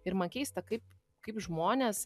ir man keista kaip kaip žmonės